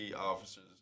officers